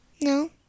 No